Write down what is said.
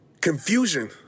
confusion